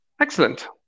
excellent